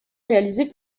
réalisé